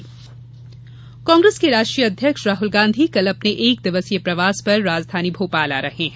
राहुल कांग्रेस के राष्ट्रीय अध्यक्ष राहुल गांधी कल अपने एक दिवसीय प्रवास पर राजधानी भोपाल आ रहे हैं